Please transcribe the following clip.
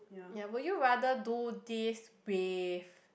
ya would you rather do this with